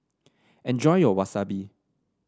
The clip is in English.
enjoy your Wasabi